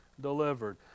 delivered